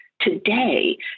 today